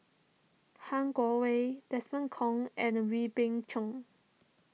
Han Guangwei Desmond Kon and Wee Beng Chong